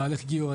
א' גיור.